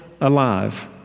alive